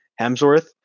Hemsworth